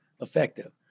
effective